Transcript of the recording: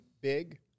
big